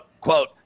quote